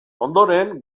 ondoren